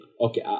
okay